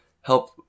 help